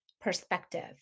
perspective